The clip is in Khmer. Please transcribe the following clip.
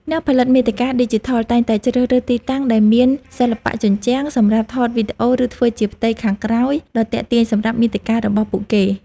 អ្នកផលិតមាតិកាឌីជីថល តែងតែជ្រើសរើសទីតាំងដែលមានសិល្បៈជញ្ជាំងសម្រាប់ថតវីដេអូ ឬធ្វើជាផ្ទៃខាងក្រោយដ៏ទាក់ទាញសម្រាប់មាតិការបស់ពួកគេ។